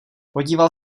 podíval